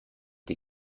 die